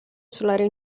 solare